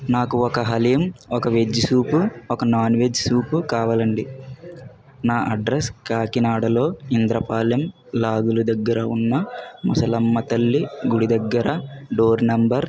నాకు ఒక హలీం ఒక వెజ్ సూపు ఒక నాన్ వెజ్ సూపు కావాలండి నా అడ్రస్ కాకినాడలో ఇంద్ర పాలెం లాగుల దగ్గర ఉన్న ముసలమ్మ తల్లి గుడి దగ్గర డోర్ నెంబర్